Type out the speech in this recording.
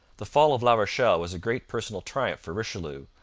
the fall of la rochelle was a great personal triumph for richelieu,